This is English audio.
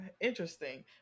interesting